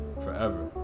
forever